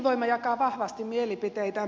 ydinvoima jakaa vahvasti mielipiteitä